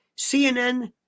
CNN